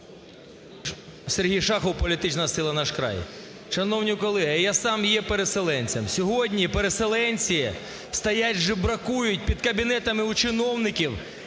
Сергій Шахов, політична сила "Наш край". Шановні колеги, я сам є переселенцем, сьогодні переселенці стоять жебракують під кабінетами у чиновників